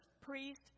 priest